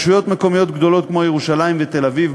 ברשויות מקומיות גדולות כמו ירושלים ותל-אביב,